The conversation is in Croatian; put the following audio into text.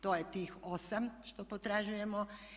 To je tih 8 što potražujemo.